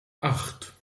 acht